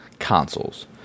consoles